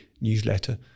newsletter